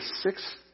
six